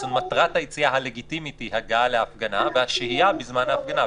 מטרת היציאה הלגיטימית היא הגעה להפגנה והשהייה בזמן ההפגנה.